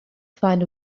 find